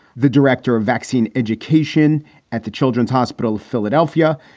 the director of vaccine education at the children's hospital of philadelphia.